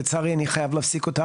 לצערי, אני חייב להפסיק אותך.